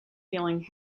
feeling